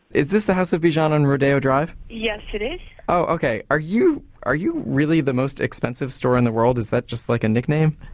is this the house of bijan on rodeo drive? yes, it is oh, ok. are you are you really the most expensive store in the world? is that just, like, a nickname?